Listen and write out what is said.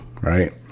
right